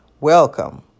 Welcome